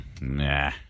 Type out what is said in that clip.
Nah